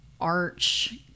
arch